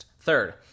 Third